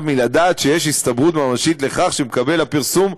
מלדעת שיש הסתברות ממשית לכך שמקבל הפרסום,